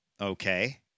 Okay